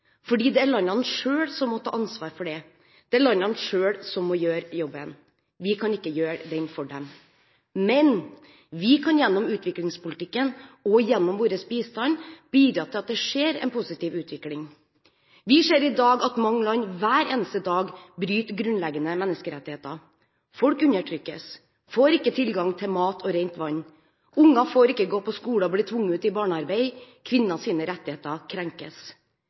fordi det er landene selv som må ta ansvaret for det. Det er landene selv som må gjøre jobben – vi kan ikke gjøre den for dem. Men vi kan gjennom utviklingspolitikken og gjennom vår bistand bidra til at det skjer en positiv utvikling. Vi ser i dag at mange land hver eneste dag bryter grunnleggende menneskerettigheter. Folk undertrykkes, får ikke tilgang til mat og rent vann, unger får ikke gå på skole og blir tvunget ut i barnearbeid, og kvinners rettigheter krenkes.